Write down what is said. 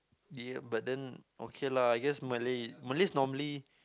ya but then okay lah I guess Malay Malays normally